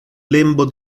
lembo